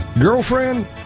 girlfriend